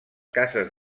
cases